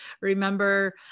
remember